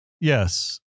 Yes